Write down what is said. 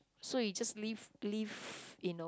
so you just live live you know